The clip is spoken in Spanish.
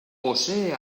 posee